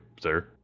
sir